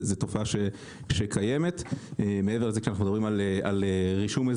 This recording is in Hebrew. והנושא השני הוא הצעת חוק הקמת מאגר מידע גנטי של כלבים,